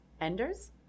Enders